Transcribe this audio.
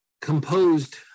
composed